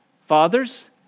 fathers